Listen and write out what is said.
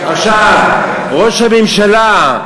ראש הממשלה,